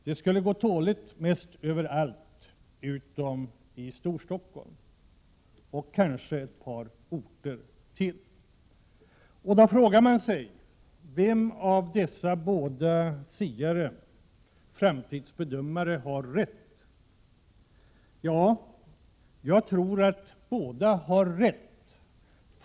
Det skulle gå dåligt mest överallt, utom i Storstockholm och kanske på ännu ett par orter. Man frågar sig vem av dessa båda siare, framtidsbedömare, som har rätt. Jag tror att båda har rätt.